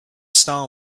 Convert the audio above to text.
star